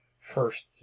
first